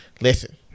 Listen